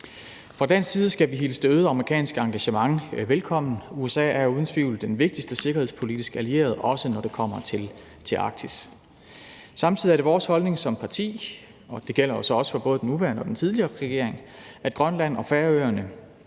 Fra dansk side skal vi hilse det øgede amerikanske engagement velkommen. USA er uden tvivl den vigtigste sikkerhedspolitiske allierede, også når det kommer til Arktis. Samtidig er det vores holdning som parti – det gælder jo så også for både den nuværende og tidligere regering – at Grønland og Færøerne